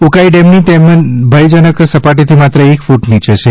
ઉકાઇ ડેમની તેની ભયજનક સપાટીથી માત્ર એક ફૂટ નીચે છે